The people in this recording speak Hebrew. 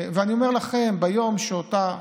אני אומר לכם, ביום שאותה עובדת,